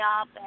up